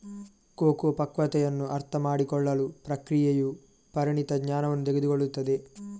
cocoa ಪಕ್ವತೆಯನ್ನು ಅರ್ಥಮಾಡಿಕೊಳ್ಳಲು ಪ್ರಕ್ರಿಯೆಯು ಪರಿಣಿತ ಜ್ಞಾನವನ್ನು ತೆಗೆದುಕೊಳ್ಳುತ್ತದೆ